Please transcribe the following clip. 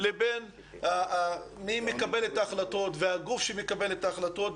לבין מי מקבל את ההחלטות והגוף שמקבל את ההחלטות.